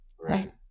Right